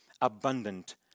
abundant